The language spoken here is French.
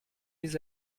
les